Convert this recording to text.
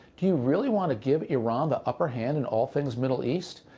do you really want to give iran the upper hand in all things middle east?